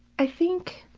i think